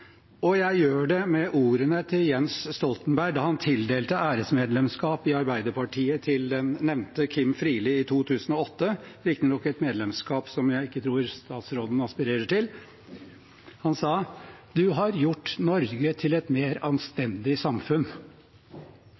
Jeg gjør det med ordene til Jens Stoltenberg da han tildelte æresmedlemskap i Arbeiderpartiet til den nevnte Kim Friele i 2008, riktignok et medlemskap som jeg ikke tror statsråden aspirerer til. Han sa: «Du har gjort Norge til et mer anstendig samfunn.»